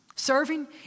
Serving